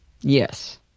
Yes